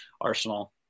Arsenal